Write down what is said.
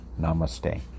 Namaste